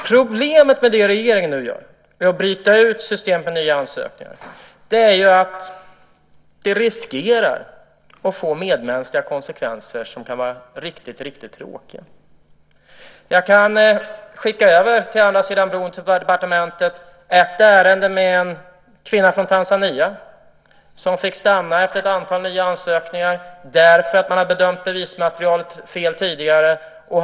Problemet med det regeringen nu gör när man bryter ut systemet med nya ansökningar är ju att det riskerar att få medmänskliga konsekvenser som kan vara riktigt tråkiga. Jag kan skicka över ett ärende till departementet på andra sidan bron. Det handlar om en kvinna från Tanzania som fick stanna efter ett antal nya ansökningar därför att man hade bedömt bevismaterialet fel tidigare.